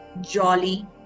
jolly